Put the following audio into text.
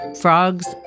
Frogs